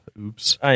Oops